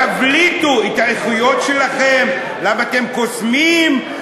תבליטו את האיכויות שלכם: למה אתם קוסמים,